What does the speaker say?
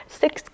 six